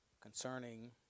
concerning